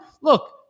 look